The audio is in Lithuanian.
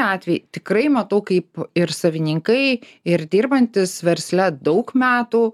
atvejai tikrai matau kaip ir savininkai ir dirbantys versle daug metų